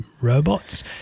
robots